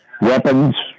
weapons